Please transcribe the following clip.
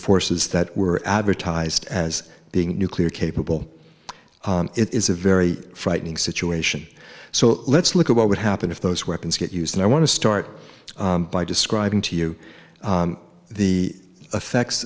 forces that were advertised as being nuclear capable it is a very frightening situation so let's look at what would happen if those weapons get used and i want to start by describing to you the effects